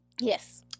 Yes